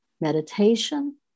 meditation